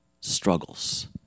struggles